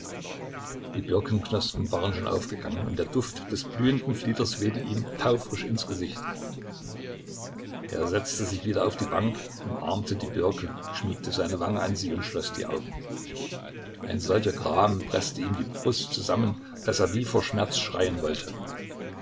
die birkenknospen waren schon aufgegangen und der duft des blühenden flieders wehte ihm taufrisch ins gesicht er setzte sich wieder auf die bank umarmte die birke schmiegte seine wange an sie und schloß die augen ein solcher gram preßte ihm die brust zusammen daß er wie vor schmerz schreien wollte